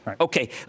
Okay